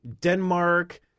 Denmark